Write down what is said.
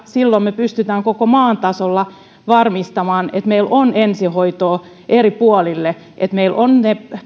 silloin me pystymme koko maan tasolla varmistamaan että meillä on ensihoitoa eri puolille että meillä on